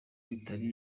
bitari